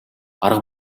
арга